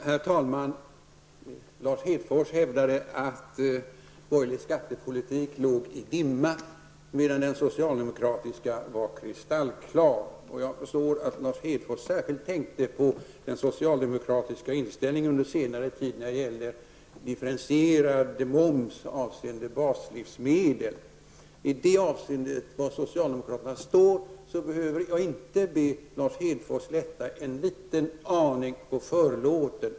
Herr talman! Lars Hedfors hävdade att den borgerlig skattepolitiken ligger i dimma medan den socialdemokratiska är kristallklar. Jag förstår att Lars Hedfors särskilt tänkte på den socialdemokratiska inställningen under senare tid när det gäller differentierad moms på baslivsmedel. När det gäller var socialdemokraterna står i det avseendet behöver jag inte be Lars Hedfors lätta ens en aning på förlåten.